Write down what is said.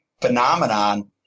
phenomenon